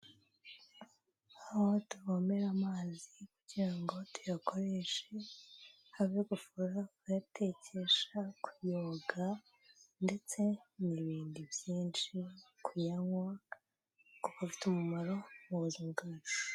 Aho tuvomera amazi kugira ngo tuyakoreshe, haba gufura, kuyatekesha, kuyoga ndetse n'ibindi byinshi, kuyanywa kuko afite umumaro mu buzima bwacu.